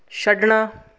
ਛੱਡਣਾ